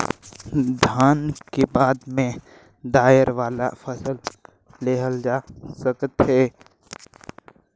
धान के बाद में दायर वाला फसल लेहल जा सकत हे